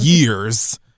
years